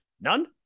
None